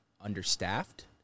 understaffed